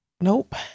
Nope